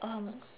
um